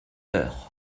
heures